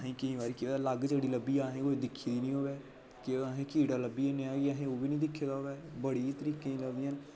केईं बारी केह् होया अलग जोड़ी लब्भी आ अहे्ं ई कुदै दिक्खी दी नेईं होऐ केह् पता अहें ई कीड़ा लब्भी जा जेह्ड़ा अहें ओह् बी निं दिक्खे दा होऐ बड़ी तरीकें दियां लभदियां न